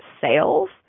sales